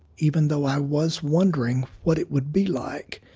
even though i was wondering what it would be like,